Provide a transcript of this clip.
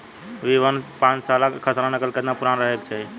B one और पांचसाला खसरा नकल केतना पुरान रहे के चाहीं?